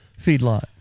feedlot